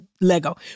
Lego